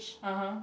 (uh huh)